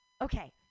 okay